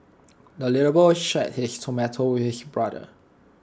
the little boy shared his tomato with his brother